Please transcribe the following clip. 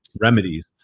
Remedies